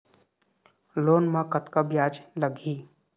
Loan म कतका ब्याज लगही?